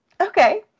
Okay